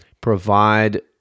provide